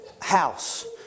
house